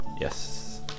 Yes